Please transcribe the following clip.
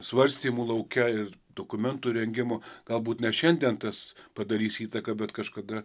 svarstymų lauke ir dokumentų rengimo galbūt ne šiandien tas padarys įtaką bet kažkada